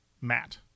Matt